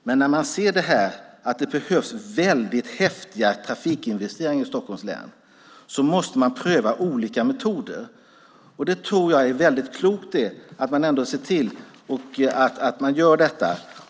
När man ser att det behövs väldigt häftiga trafikinvesteringar i Stockholms län måste man pröva olika metoder. Jag tror att det är klokt att man gör det.